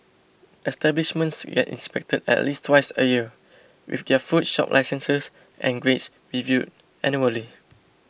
establishments get inspected at least twice a year with their food shop licences and grades reviewed annually